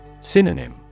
Synonym